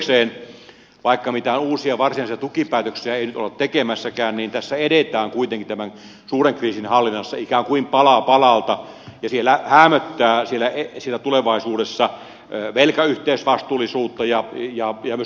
toisekseen vaikka mitään uusia varsinaisia tukipäätöksiä ei nyt olla tekemässäkään niin tässä edetään kuitenkin tämän suuren kriisin hallinnassa ikään kuin pala palalta ja siellä tulevaisuudessa häämöttää velkayhteisvastuullisuutta ja myös liittovaltiokehitystä